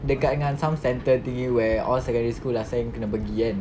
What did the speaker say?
dekat dengan some centre thingy where all secondary school last time kena pergi kan